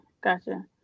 gotcha